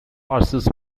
horses